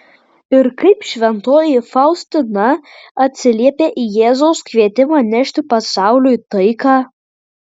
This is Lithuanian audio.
ir kaip šventoji faustina atsiliepė į jėzaus kvietimą nešti pasauliui taiką